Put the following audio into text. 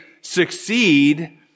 succeed